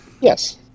Yes